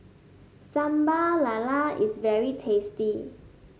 Sambal Lala is very tasty